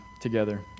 together